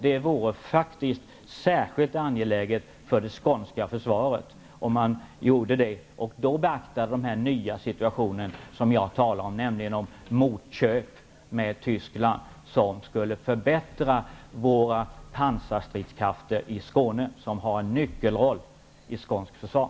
Det vore faktiskt särskilt angeläget för det skånska försvaret att då beakta den nya situation jag talade om, dvs. motköp med Tyskland som skulle förbättra pansarstridskrafterna i Skåne. De har en nyckelroll i skånskt försvar.